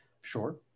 Sure